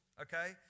Okay